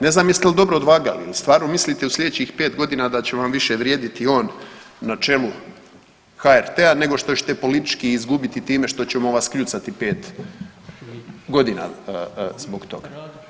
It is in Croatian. Ne znam jeste li dobro odvagali, je li stvarno mislite u sljedećih 5 godina da će vam više vrijediti on na čelu HRT-a nego što ćete politički izgubiti time što ćemo vas kljucati 5 godina zbog toga?